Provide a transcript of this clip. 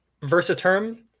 Versaterm